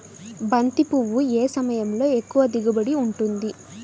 బంతి పువ్వు ఏ సమయంలో ఎక్కువ దిగుబడి ఉంటుంది?